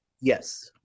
Yes